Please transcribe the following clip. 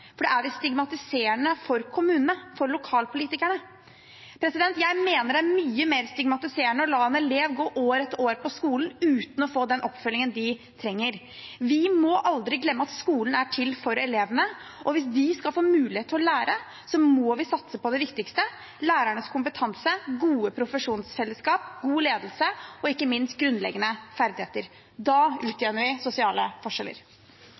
for det er visst stigmatiserende for kommunene, for lokalpolitikerne. Jeg mener det er mye mer stigmatiserende å la elever gå år etter år på skolen uten å få den oppfølgingen de trenger. Vi må aldri glemme at skolen er til for elevene, og hvis de skal få muligheten til å lære, så må vi satse på det viktigste: lærernes kompetanse, gode profesjonsfellesskap, god ledelse og ikke minst grunnleggende ferdigheter. Da utjevner vi sosiale forskjeller.